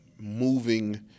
moving